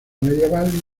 medieval